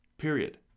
Period